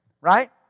Right